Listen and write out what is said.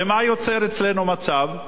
מה יוצר אצלנו מצב?